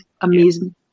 Amazing